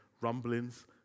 rumblings